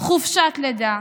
חופשת לידה,